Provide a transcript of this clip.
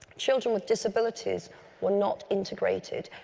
children with disabilities were not integrated.